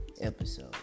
episode